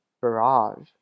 barrage